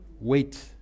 Wait